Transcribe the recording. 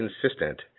consistent